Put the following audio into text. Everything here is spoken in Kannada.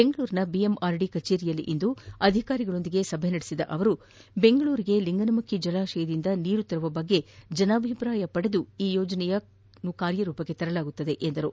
ಬೆಂಗಳೂರಿನ ಬಿಎಂಆರ್ದಿ ಕಚೇರಿಯಲ್ಲಿಂದು ಅಧಿಕಾರಿಗಳೊಂದಿಗೆ ಸಭೆ ನಡೆಸಿದ ಅವರು ಬೆಂಗಳೂರಿಗೆ ಲಿಂಗನಮಕ್ಕಿ ಜಲಾಶಯದಿಂದ ನೀರು ತರುವ ಬಗ್ಗೆ ಜನಾಭಿಪ್ರಾಯ ಪಡೆದುಕೊಂಡು ಈ ಯೋಜನೆಯನ್ನು ಕಾರ್ಯರೂಪಕ್ಕೆ ತರಲಾಗುವುದು ಎಂದು ತಿಳಿಸಿದರು